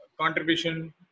contribution